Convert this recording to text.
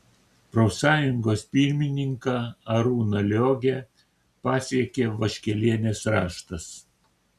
profsąjungos pirmininką arūną liogę pasiekė vaškelienės raštas